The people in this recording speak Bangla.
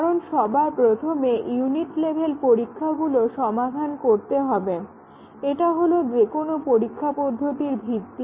কারন সবার প্রথমে ইউনিট লেভেল পরীক্ষাগুলো সমাধান করতে হবে এটা হলো যেকোনো পরীক্ষা পদ্ধতির ভিত্তি